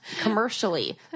commercially